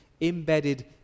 embedded